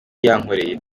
yankoreye